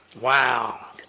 Wow